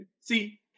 see